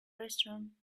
restaurant